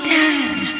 time